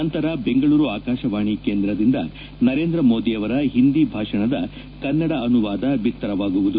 ನಂತರ ಬೆಂಗಳೂರು ಆಕಾಶವಾಣಿ ಕೇಂದ್ರದಿಂದ ನರೇಂದ್ರ ಮೋದಿಯವರ ಹಿಂದಿ ಭಾಷಣದ ಕನ್ನಡ ಅನುವಾದ ಬಿತ್ತರವಾಗುತ್ತದೆ